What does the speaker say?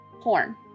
horn